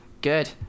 good